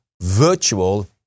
virtual